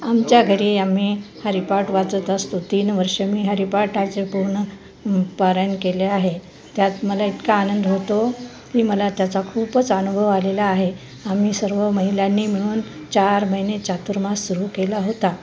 आमच्या घरी आम्ही हरिपाठ वाचत असतो तीन वर्ष मी हरिपाठाचे पूर्ण पारयण केले आहे त्यात मला इतका आनंद होतो की मला त्याचा खूपच अनुभव आलेला आहे आम्ही सर्व महिलांनी मिळून चार महिने चतुर्मास सुरू केला होता